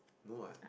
no what